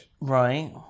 Right